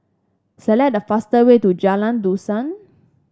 select the fastest way to Jalan Dusun